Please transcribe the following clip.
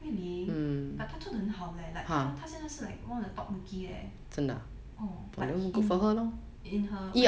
really but 她做得很好 leh like 他他真的是 like one of the top rookie leh like in in her